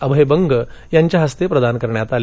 अभय बंग यांच्या हस्ते प्रदान करण्यात आले